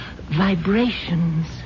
vibrations